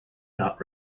not